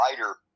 lighter